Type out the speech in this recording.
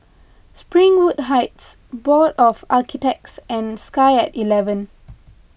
Springwood Heights Board of Architects and Sky at eleven